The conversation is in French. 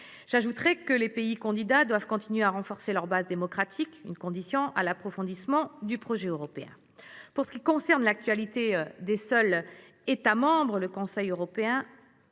J’ajouterai que les pays candidats doivent continuer à renforcer leur base démocratique, c’est une condition de l’approfondissement du projet européen. Pour ce qui concerne l’actualité des seuls États membres, le Conseil européen